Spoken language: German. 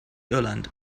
irland